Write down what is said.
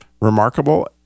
remarkable